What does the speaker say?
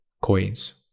coins